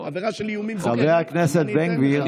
עבירה של איומים זה, חבר הכנסת בן גביר.